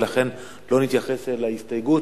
ולכן לא נתייחס להסתייגות.